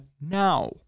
now